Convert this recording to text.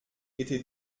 été